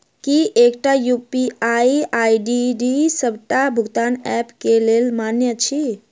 की एकटा UPI ID डी सबटा भुगतान ऐप केँ लेल मान्य अछि?